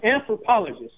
anthropologist